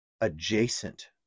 adjacent